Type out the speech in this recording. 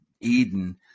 Eden